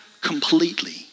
completely